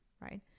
Right